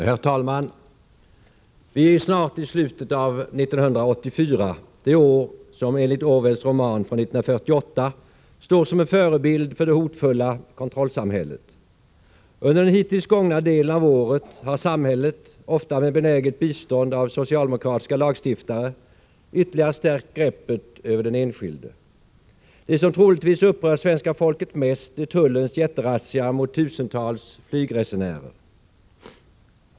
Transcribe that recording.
Herr talman! Vi är snart i slutet av 1984, det år som enligt Orwells roman från 1948 står som en förebild för det hotfulla kontrollsamhället. Under den hittills gångna delen av året har samhället, ofta med benäget bistånd av socialdemokratiska lagstiftare, ytterligare stärkt greppet över den enskilde. Det som troligtvis upprört svenska folket mest är tullens jätterazzia mot tusentals flygresenärer.